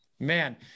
Man